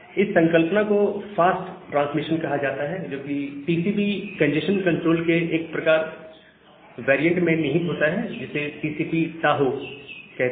इस संकल्पना को फास्ट रिट्रांसमिशन कहा जाता है जोकि टीसीपी कंजेस्शन कंट्रोल के एक प्रकार में निहित होता है जिसे टीसीपी टाहो कहते हैं